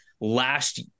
last